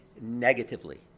negatively